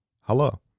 Hello